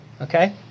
okay